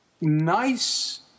nice